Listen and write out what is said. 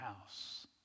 house